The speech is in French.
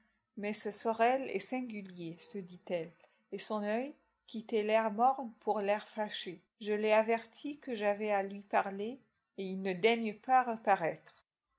mais ce sorel est singulier se dit-elle et son oeil quittait l'air morne pour l'air fâché je l'ai averti que j'avais à lui parler et il ne daigne pas reparaître